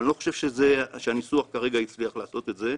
איני חושב שהניסוח כרגע הצליח לעשות זאת.